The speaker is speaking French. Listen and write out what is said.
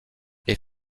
est